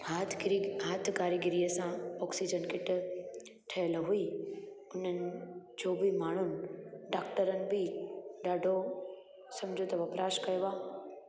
हाथ गिरी हाथ कारीगरीअ सां ऑक्सीजन किट ठहियल हुई उन्हनि जो बि माण्हुनि डॉक्टरनि बि ॾाढो सम्झो त इलाजु कयो आहे